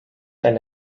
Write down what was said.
eine